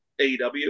AEW